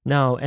Now